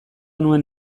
nuen